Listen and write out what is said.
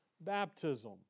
baptism